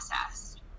processed